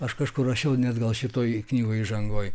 aš kažkur rašiau net gal šitoj knygoj įžangoj